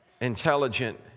intelligent